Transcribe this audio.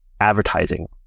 advertising